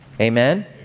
Amen